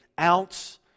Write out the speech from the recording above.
ounce